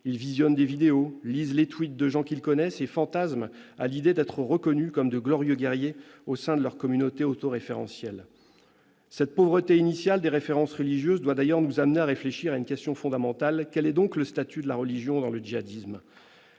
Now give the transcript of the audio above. Ils visionnent des vidéos, lisent les de gens qu'ils connaissent et fantasment à l'idée d'être reconnus comme de glorieux guerriers au sein de leur communauté autoréférentielle. Cette pauvreté initiale des références religieuses doit nous amener à réfléchir à une question fondamentale : quel est donc le statut de la religion dans le djihadisme ?